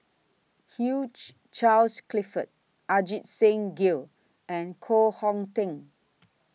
Hugh Charles Clifford Ajit Singh Gill and Koh Hong Teng